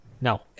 No